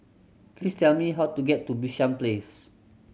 please tell me how to get to Bishan Place